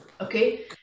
okay